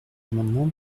amendement